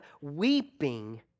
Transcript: weeping